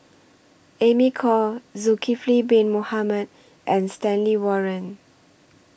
Amy Khor Zulkifli Bin Mohamed and Stanley Warren